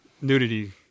nudity